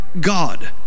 God